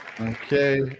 Okay